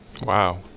Wow